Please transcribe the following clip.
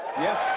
Yes